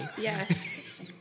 yes